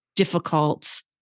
difficult